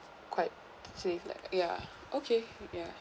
quite safe like ya okay ya